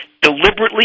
Deliberately